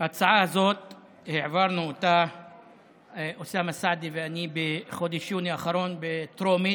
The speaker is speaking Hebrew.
את ההצעה הזאת העברנו אוסאמה סעדי ואני בחודש יוני האחרון בטרומית.